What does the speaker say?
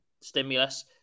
stimulus